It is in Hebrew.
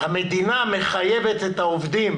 המדינה מחייבת את העובדים